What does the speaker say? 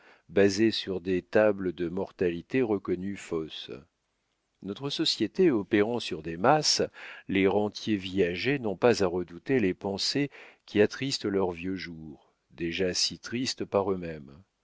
basées sur des tables de mortalité reconnues fausses notre société opérant sur des masses les rentiers viagers n'ont pas à redouter les pensées qui attristent leurs vieux jours déjà si tristes par eux-mêmes